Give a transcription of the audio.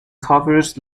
covers